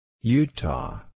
Utah